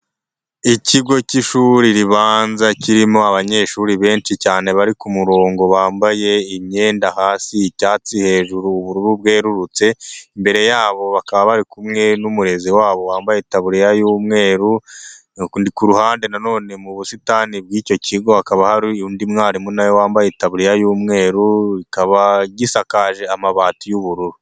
Ikigo k'ishuri ribanza kirimo abanyeshuri benshi cyane bari ku kumurongo. Bambaye imyenda hasi icyatsi, hejuru ubururu bwerurutse. Imbere yabo bakaba bari kumwe n'umurezi wabo, wambaye itaburiya y'umweru. Ku ruhande na none mu busitani bw'icyo kigo, hakaba hari undi mwarimu na we wambaye itaburiya y'umweru. Kikaba gisakaje amabati y'ubururu.